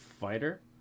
fighter